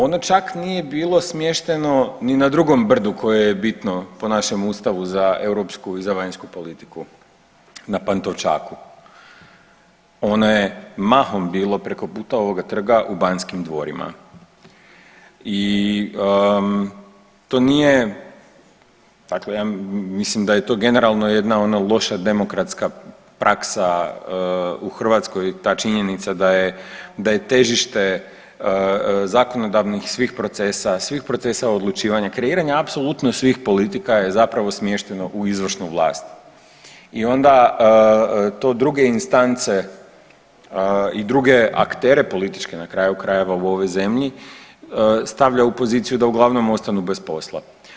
Ono čak nije bilo smješteno ni na drugom brdu koje je bitno po našem ustavu za europsku i za vanjsku politiku na Pantovčaku, ona je mahom bilo preko puta ovoga trga u Banskim dvorima i to nije, dakle ja mislim da je to generalno jedna ona loša demokratska praksa u Hrvatskoj ta činjenica da je, da je težište zakonodavnih svih procesa, svih procesa odlučivanja, kreiranja apsolutno svih politika je zapravo smješteno u izvršnoj vlasti i onda to druge instance i druge aktere političke na kraju krajeva u ovoj zemlji stavlja u poziciju da uglavnom ostanu bez posla.